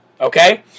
Okay